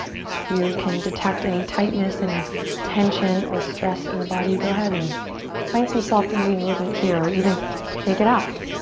if you can detect any tightness any tension or stress in the body you go ahead and find some soft easy movement here even shake it out